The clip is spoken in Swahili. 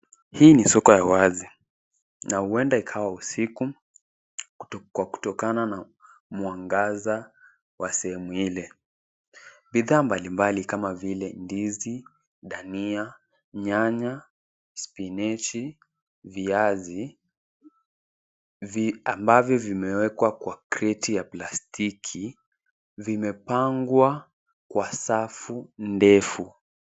Hii ni soko ya wazi na huenda ikawa usiku kwa kutokana na mwangaza wa sehemu ile bidhaa mbali mbali kama vile ndizi, dhania, nyanya, Spinachi viazi ambavyo vimewekwa kwa crate ya plastiki vimepangwa kwa safu ndefu.